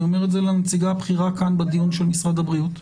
אני אומר את זה לנציגה הבכירה כאן בדיון של משרד הבריאות.